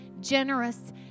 Generous